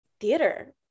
theater